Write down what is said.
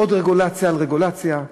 עוד רגולציה על רגולציה.